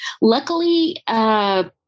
luckily